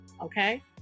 Okay